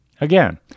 Again